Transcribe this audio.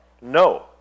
no